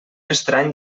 estrany